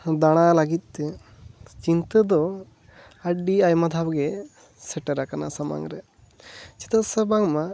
ᱫᱟᱬᱟ ᱞᱟᱹᱜᱤᱫ ᱛᱮ ᱪᱤᱱᱛᱟᱹ ᱫᱚ ᱟᱹᱰᱤ ᱟᱭᱢᱟ ᱫᱷᱟᱣ ᱜᱮ ᱥᱮᱴᱮᱨ ᱟᱠᱟᱱᱟ ᱥᱟᱢᱟᱝ ᱨᱮ ᱪᱮᱫᱟᱜ ᱥᱮ ᱵᱟᱝᱢᱟ